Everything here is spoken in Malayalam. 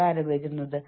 ഞാൻ ഒരു യന്ത്രമല്ല